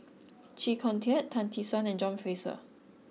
Chee Kong Tet Tan Tee Suan and John Fraser